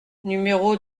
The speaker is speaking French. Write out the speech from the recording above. numéro